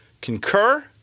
concur